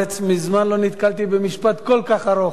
מזמן לא נתקלתי במשפט כל כך ארוך.